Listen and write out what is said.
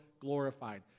glorified